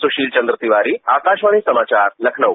सुशील चन्द्र तिवारी आकाशवाणी समाचार लखनऊ